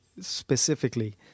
specifically